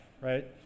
right